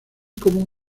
como